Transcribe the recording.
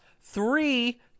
three